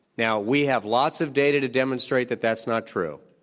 now, we have lots of data to demonstrate that that's not true.